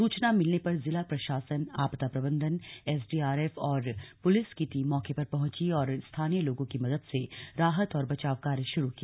सूचना मिलने पर जिला प्रशासन आपदा प्रबंधन एसडीआरफ और पुलिस की टीम मौके पर पहुंची और स्थानीय लोगों की मदद से राहत और बचाव कार्य शुरू किया